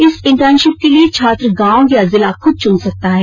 इस इंटर्नशिप के लिये छात्र गांव या जिला खूद चुन सकता है